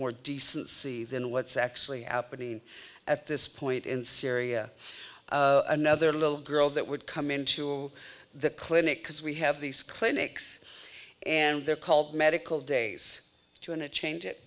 more decency than what's actually happening at this point in syria another little girl that would come into the clinic because we have these clinics and they're called medical days two and a change it